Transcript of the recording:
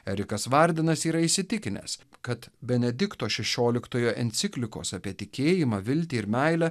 erikas vardinas yra įsitikinęs kad benedikto šešioliktojo enciklikos apie tikėjimą viltį ir meilę